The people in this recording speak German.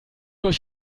euch